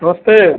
नमस्ते